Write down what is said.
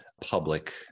public